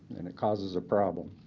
and it causes a problem.